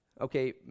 Okay